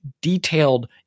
detailed